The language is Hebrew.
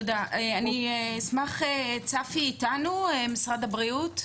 צפי ממשרד הבריאות,